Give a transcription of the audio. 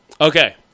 Okay